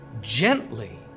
gently